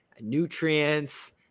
nutrients